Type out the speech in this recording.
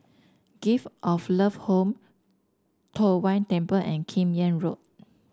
Gift of Love Home Tong Whye Temple and Kim Yam Road